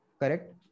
correct